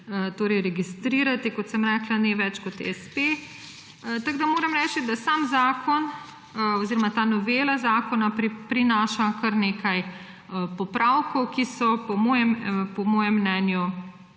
registrirati, kot sem rekla, ne več kot espe. Moram reči, da sam zakon oziroma ta novela zakona prinaša kar nekaj popravkov, ki so po mojem mnenju